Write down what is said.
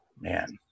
man